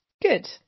Good